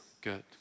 good